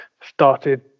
started